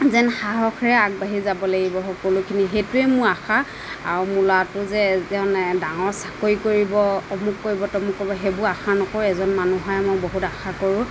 যেন সাহসেৰে আগবাঢ়ি যাব লাগিব সকলোখিনি সেইটোৱেই মোৰ আশা আৰু মোৰ ল'ৰাটোৱে যে যেন ডাঙৰ চাকৰি কৰিব অমুক কৰিব তমুক কৰিব সেইবোৰ আশা নকৰোঁ এজন মানুহ হয় মই বহুত আশা কৰোঁ